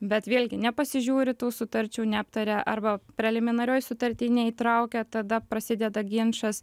bet vėlgi nepasižiūri tų sutarčių neaptaria arba preliminarioj sutarty neįtraukia tada prasideda ginčas